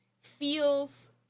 feels